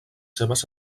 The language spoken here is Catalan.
seves